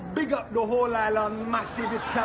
big up the whole island massive, it's